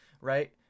Right